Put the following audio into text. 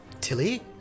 Tilly